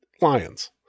lions